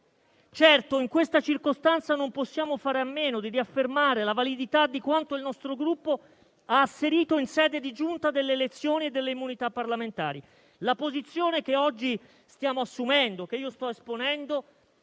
Certo, in questa circostanza non possiamo fare a meno di riaffermare la validità di quanto il nostro Gruppo ha asserito in sede di Giunta delle elezioni e delle immunità parlamentari: la posizione che oggi stiamo assumendo e che io sto esponendo